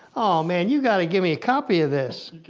oh man, you gotta give me a copy of this!